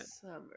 summer